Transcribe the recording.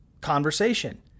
conversation